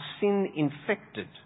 sin-infected